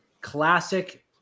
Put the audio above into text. classic